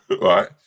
Right